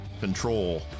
control